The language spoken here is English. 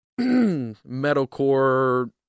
metalcore